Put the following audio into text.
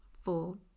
four